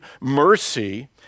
mercy